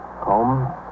Home